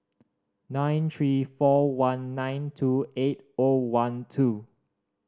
nine three four one nine two eight O one two